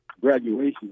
graduation